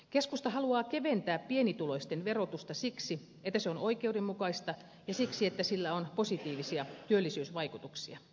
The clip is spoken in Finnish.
keskusta haluaa keventää pienituloisten verotusta siksi että se on oikeudenmukaista ja siksi että sillä on positiivisia työllisyysvaikutuksia